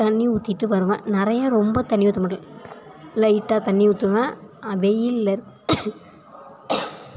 தண்ணி ஊத்திட்டு வருவேன் நிறையா ரொம்ப தண்ணி ஊற்றமாட்டேன் லைட்டாக தண்ணி ஊற்றுவேன் வெயிலில்